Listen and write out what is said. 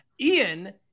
ian